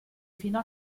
fino